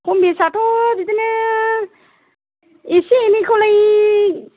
खम बेसआथ' बिदिनो एसे एनैखौलाय